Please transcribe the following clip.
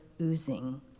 oozing